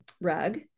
rug